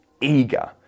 eager